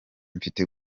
mfite